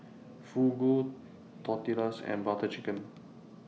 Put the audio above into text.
Fugu Tortillas and Butter Chicken